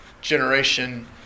generation